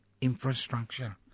infrastructure